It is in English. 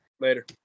later